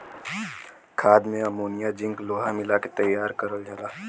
खाद में ammonia zinc लोहा मिला के तैयार करल जाला